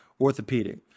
orthopedic